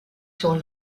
sur